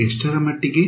ಎಷ್ಟರ ಮಟ್ಟಿಗೆ